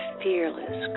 fearless